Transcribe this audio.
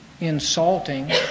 insulting